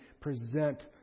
present